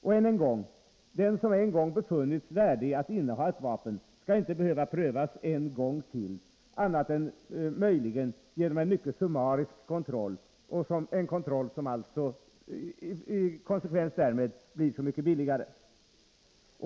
Och än en gång: Den som en gång befunnits värdig att inneha ett vapen skall inte behöva prövas en gång till, annat än möjligen genom en mycket summarisk kontroll, en kontroll som i konsekvens därmed blir så mycket billigare.